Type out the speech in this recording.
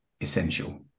essential